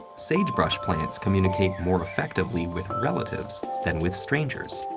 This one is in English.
sagebrush plants communicate more effectively with relatives than with strangers.